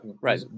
Right